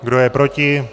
Kdo je proti?